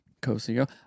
co-CEO